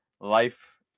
Life